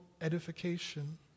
edification